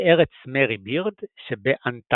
בארץ מרי בירד שבאנטארקטיקה.